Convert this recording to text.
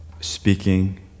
speaking